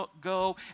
go